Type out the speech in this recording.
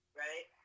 right